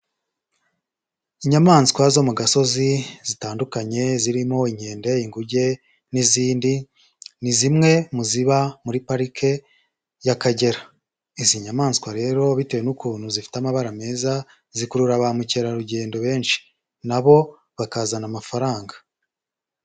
Inyamaswa zo mu gasozi zitandukanye, zirimo inkende, inguge, n'izindi, ni zimwe mu ziba muri pariki y'akagera, izi nyamaswa rero bitewe n'ukuntu zifite amabara meza, zikurura ba mukerarugendo benshi, na bo bakazana amafaranga.